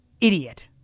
idiot